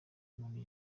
umuntu